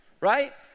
right